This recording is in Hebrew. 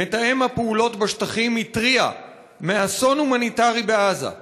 מתאם הפעולות בשטחים התריע מאסון הומניטרי בעזה,